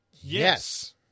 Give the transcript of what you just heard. Yes